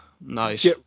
Nice